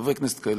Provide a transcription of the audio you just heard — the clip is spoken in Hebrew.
חברי כנסת כאלה,